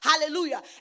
Hallelujah